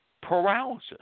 paralysis